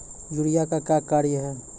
Urea का क्या कार्य हैं?